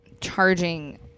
charging